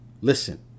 Listen